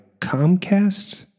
Comcast